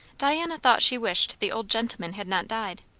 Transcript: diana thought she wished the old gentlemen had not died.